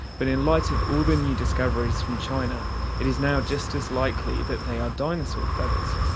but in light of all the new discoveries from china it is now just as likely that they are dinosaur feathers.